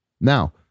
Now